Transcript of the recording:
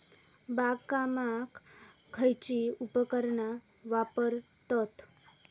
बागकामाक खयची उपकरणा वापरतत?